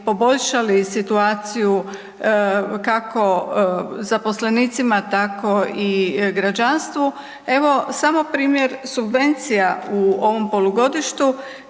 poboljšali situaciju kako zaposlenicima, tako i građanstvu, evo samo primjer subvencija u ovom polugodištu